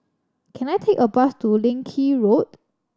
can I take a bus to Leng Kee Road